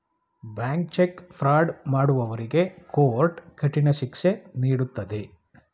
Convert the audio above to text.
bank cheque fraud ಮಾಡುವವರಿಗೆ court ಕಠಿಣ ಶಿಕ್ಷೆ ನೀಡುತ್ತದೆ